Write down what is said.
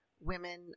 women